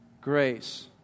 grace